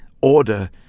order